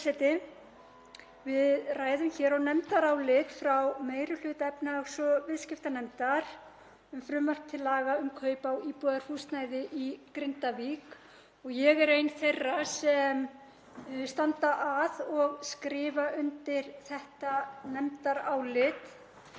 Við ræðum hér nefndarálit frá meiri hluta efnahags- og viðskiptanefndar um frumvarp til laga um kaup á íbúðarhúsnæði í Grindavík og ég er ein þeirra sem standa að og skrifa undir þetta nefndarálit.